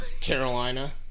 Carolina